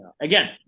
Again